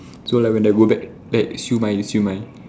so like when I go back that siew-mai is siew-mai